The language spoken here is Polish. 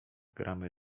gramy